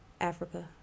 Africa